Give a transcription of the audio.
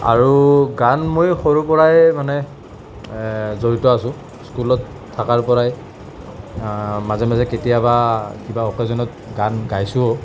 আৰু গান মই সৰু পৰাই মানে জড়িত আছোঁ স্কুলত থাকাৰ পৰাই মাজে মাজে কেতিয়াবা কিবা অকেজনত গান গাইছোঁও